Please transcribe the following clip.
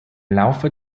laufe